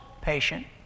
patient